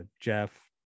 jeff